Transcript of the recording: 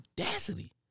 audacity